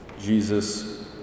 Jesus